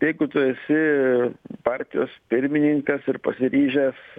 jeigu tu esi partijos pirmininkas ir pasiryžęs